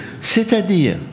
C'est-à-dire